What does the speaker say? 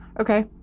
Okay